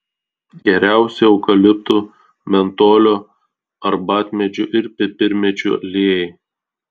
geriausi eukaliptų mentolio arbatmedžių ir pipirmėčių aliejai